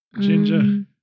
ginger